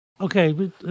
Okay